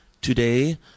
Today